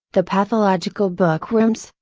the pathological bookworms,